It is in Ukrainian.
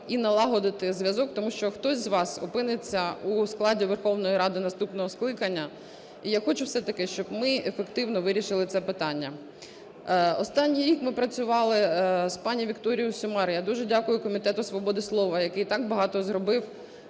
і налагодити зв'язок, тому що хтось із вас опиниться у складі Верховної Ради наступного скликання. І я хочу все-таки, щоб ми ефективно вирішили це питання. Останній рік ми працювали з пані Вікторією Сюмар. Я дуже дякую Комітету свободи слова, який так багато зробив